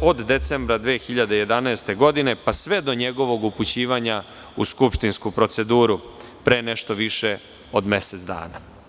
od decembra 2011. godine pa sve do njegovog upućivanja u skupštinsku proceduru pre nešto više od mesec dana.